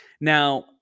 Now